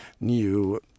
new